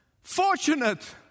fortunate